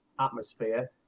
atmosphere